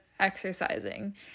exercising